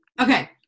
Okay